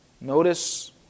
Notice